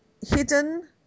hidden